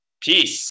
Peace